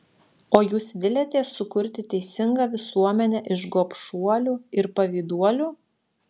o jūs viliatės sukurti teisingą visuomenę iš gobšuolių ir pavyduolių